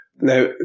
Now